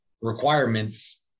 requirements